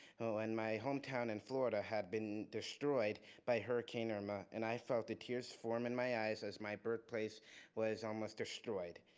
when my hometown in florida had been destroyed by hurricane irma and i felt the tears form in my eyes as my birthplace was almost destroyed,